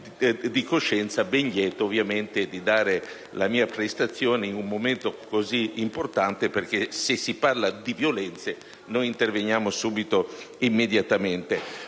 necessità, ben lieto di dare la mia prestazione in un momento così importante, perché se si parla di violenze noi interveniamo immediatamente.